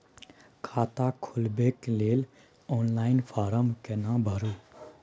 खाता खोलबेके लेल ऑनलाइन फारम केना भरु?